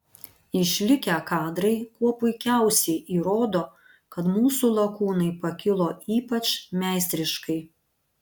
išlikę kadrai kuo puikiausiai įrodo kad mūsų lakūnai pakilo ypač meistriškai